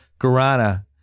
guarana